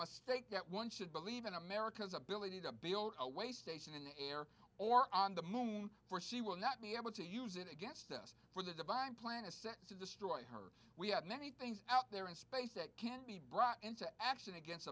mistake that one should believe in america's ability to build a weigh station in the air or on the moon for she will not be able to use it against us for the divine plan is set to destroy her we have many things out there in space that can be brought into action against